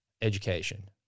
education